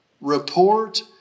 report